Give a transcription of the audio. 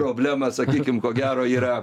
problema sakykim ko gero yra